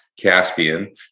Caspian